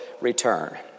return